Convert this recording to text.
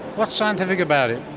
what's scientific about it?